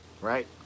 right